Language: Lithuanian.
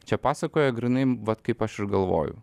čia pasakoja grynai vat kaip aš ir galvoju